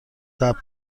ثبت